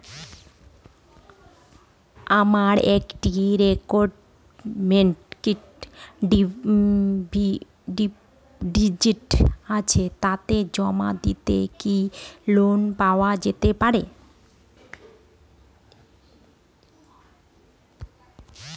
আমার একটি recurring deposit আছে তাকে জমা দিয়ে কি লোন পাওয়া যেতে পারে?